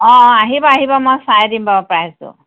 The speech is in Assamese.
অ আহিব আহিব মই চাই দিম বাৰু প্ৰাইচটো